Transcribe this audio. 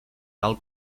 tal